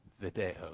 Video